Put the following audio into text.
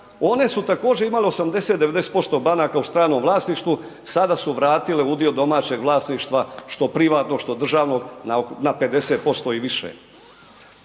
one su također imale 80, 90% banaka u stranom vlasništvu, sada su vratile udio domaćeg vlasništva, što privatnog, što državnog na 50% i više.